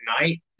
night